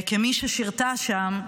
וכמי ששירתה שם,